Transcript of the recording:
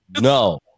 no